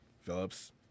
Phillips